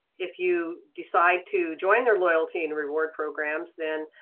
if you decide to join their loyalty and reward programs, then